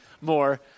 more